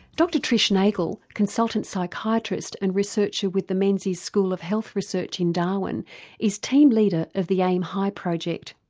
dr trish nagel, consultant psychiatrist and researcher with the menzies school of health research in darwin is team leader of the aim hi project.